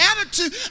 Attitude